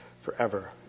forever